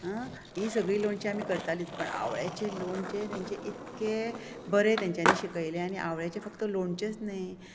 हीं सगळीं लोणचीं आमी करतालींच पूण आवळ्यांचें लोणचें तांचें इतकें बरें तेंच्यांनीं शिकयलें आवळ्याचें फक्त लोणचेंच न्हय